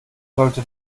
sollte